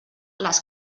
les